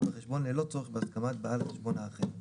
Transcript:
בחשבון ללא צורך בהסכמת בעל החשבון האחר".